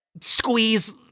squeeze